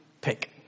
pick